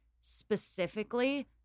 specifically